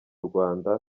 rwanda